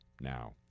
now